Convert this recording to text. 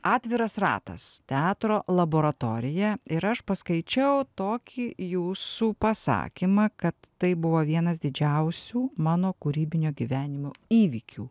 atviras ratas teatro laboratorija ir aš paskaičiau tokį jūsų pasakymą kad tai buvo vienas didžiausių mano kūrybinio gyvenimo įvykių